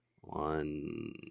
one